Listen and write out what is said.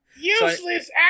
useless